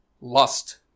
lust